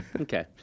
Okay